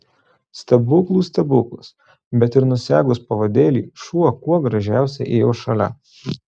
stebuklų stebuklas bet ir nusegus pavadėlį šuo kuo gražiausiai ėjo šalia